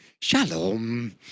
Shalom